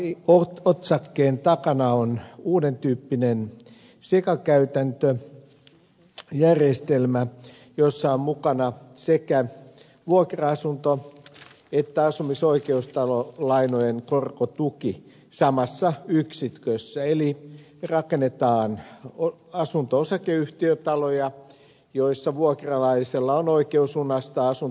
tämän otsakkeen takana on uuden tyyppinen sekakäytäntöjärjestelmä jossa on mukana sekä vuokra asunto että asumisoikeustalolainojen korkotuki samassa yksikössä eli rakennetaan asunto osakeyhtiötaloja joissa vuokralaisella on oikeus lunastaa asunto omakseen